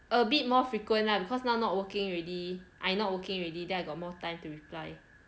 a bit more frequent lah because now not working already I not working already then I got more time to reply